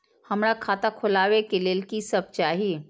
हमरा खाता खोलावे के लेल की सब चाही?